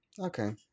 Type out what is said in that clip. Okay